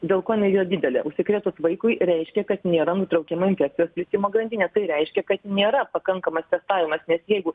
dėl ko jinai yra didelė užsikrėtus vaikui reiškia kad nėra nutraukima infekcijos plitimo grandinė tai reiškia kad nėra pakankamas testavimas nes jeigu